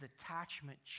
attachment